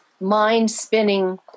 mind-spinning